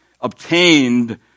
obtained